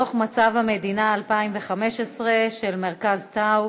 דוח מצב המדינה 2015 של מרכז טאוב,